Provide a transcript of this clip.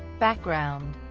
background